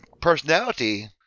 personality